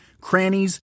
crannies